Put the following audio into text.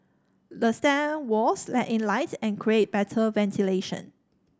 the stair walls let in light and create better ventilation